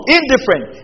Indifferent